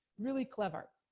really clever.